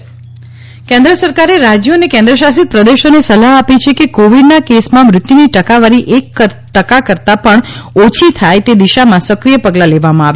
cabinet Covid કેન્દ્ર સરકારે રાજ્યો અને કેન્દ્રશાસિત પ્રદેશોને સલાહ આપી છે કે કોવિડના કેસમાં મૃત્યુની ટકાવારી એક ટકા કરતા પણ ઓછી થાય તે દિશામાં સક્રિય પગલાં લેવામાં આવે